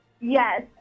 Yes